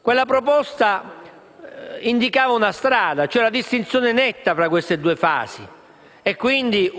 Quella proposta indicava una strada, cioè la distinzione netta tra queste due fasi: